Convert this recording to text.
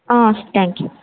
ಹಾಂ thank you